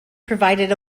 provided